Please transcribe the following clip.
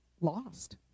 lost